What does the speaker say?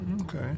Okay